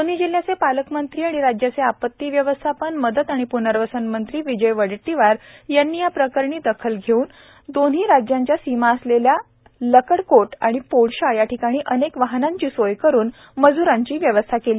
दोन्ही जिल्हयाचे पालकमंत्री व राज्याचे आपती व्यवस्थापन मदत व पूनर्वसन मंत्री विजय वडेटटीवार यांनी या प्रकरणी दखल धेऊन दोन्ही राज्याची सिमा असलेल्या लकडकोट व पोडशा या ठिकाणी अनेक वाहनांची सोय करून मज्रांची व्यवस्था केली